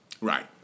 Right